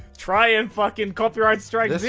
try and fucking copyright strike